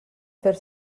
fer